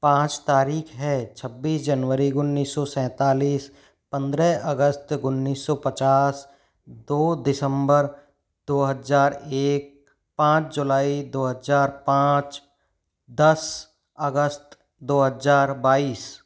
पाँच तारीखें हैं छब्बीस जनवरी उन्नीस सौ सेंतालीस पंद्रह अगस्त उन्नीस सौ पचास दो दिसम्बर दो हज़ार एक पाँच जुलाई दो हज़ार पाँच दस अगस्त दो हज़ार बाईस